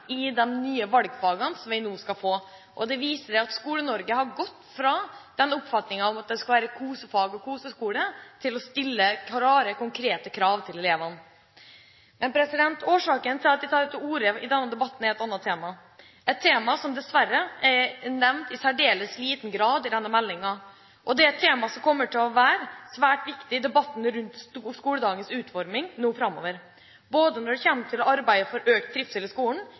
i de nye valgfagene som vi nå skal få. Det viser at Skole-Norge har gått fra oppfatningen av at det skal være kosefag og koseskole til å stille klare, konkrete krav til elevene. Men årsaken til at jeg tar ordet i denne debatten, er et annet tema, et tema som dessverre er nevnt i særdeles liten grad i denne meldingen. Det er et tema som kommer til å være svært viktig i debatten rundt skoledagens utforming nå framover, både når det gjelder arbeidet for økt trivsel i skolen,